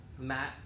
Matt